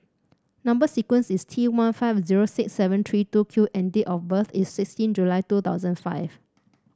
number sequence is T one five zero six seven three two Q and date of birth is sixteen July two thousand five